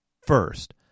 First